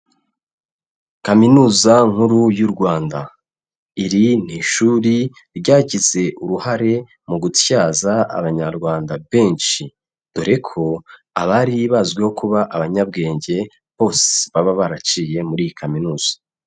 Kaminuza nkuru y'u Rwanda iri ni ishuri ryagize uruhare mu gutyaza abanyarwanda benshi, dore ko abari bazwiho kuba abanyabwenge bose baba baraciye muri iyi kaminuza.